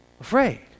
afraid